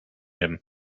him